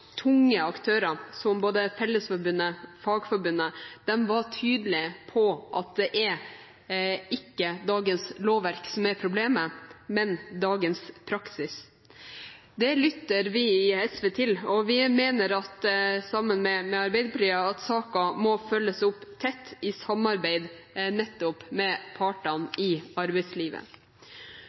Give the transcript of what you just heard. Tunge aktører, som både Fellesforbundet og Fagforbundet, var tydelige på at det er ikke dagens lovverk som er problemet, men dagens praksis. Det lytter vi i SV til, og vi mener, sammen med Arbeiderpartiet, at saken må følges opp tett i samarbeid nettopp med partene i arbeidslivet.